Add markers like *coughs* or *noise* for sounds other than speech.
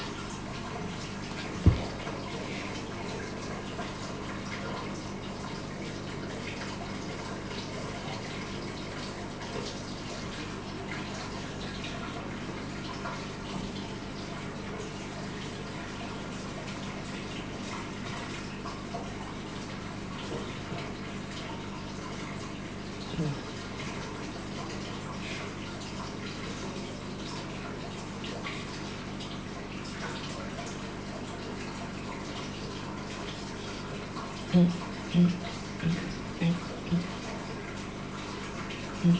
*noise* *coughs*